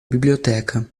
biblioteca